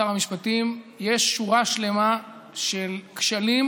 שר המשפטים, יש שורה שלמה של כשלים